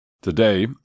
Today